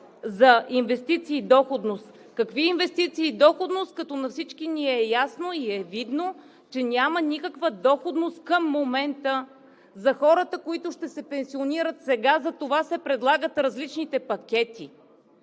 за инвестиции и доходност. Какви инвестиции и доходност като на всички ни е ясно и е видно, че няма никаква доходност към момента за хората, които ще се пенсионират сега? Затова се предлагат различните пакети.